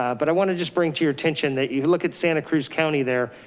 but i wanna just bring to your attention that you look at santa cruz county there,